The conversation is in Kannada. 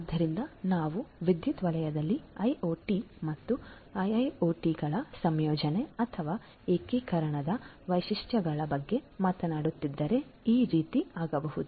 ಆದ್ದರಿಂದ ನಾವು ವಿದ್ಯುತ್ ವಲಯದಲ್ಲಿ ಐಒಟಿ ಮತ್ತು ಐಐಒಟಿಗಳ ಸಂಯೋಜನೆ ಅಥವಾ ಏಕೀಕರಣದ ವೈಶಿಷ್ಟ್ಯಗಳ ಬಗ್ಗೆ ಮಾತನಾಡುತ್ತಿದ್ದರೆ ಈ ರೀತಿ ಆಗಬಹುದು